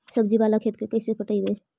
सब्जी बाला खेत के कैसे पटइबै?